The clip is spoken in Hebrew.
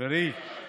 12 שנה.